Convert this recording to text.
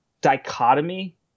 dichotomy